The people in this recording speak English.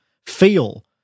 feel